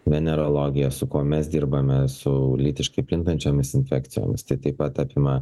venerologija su kuo mes dirbame su lytiškai plintančiomis infekcijomis tai taip pat apima